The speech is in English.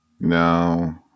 no